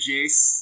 Jace